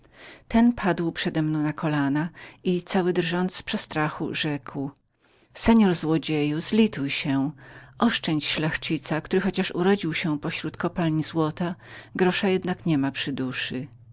ten padł przedemną na kolana i cały drżąc z przestrachu rzekł wielmożny złodzieju zlituj się niezabijaj szlachcica który chociaż urodził się pośród kopalń złota grosza jednak nie ma przy duszy